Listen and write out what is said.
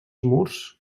murs